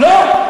לא.